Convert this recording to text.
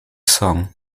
song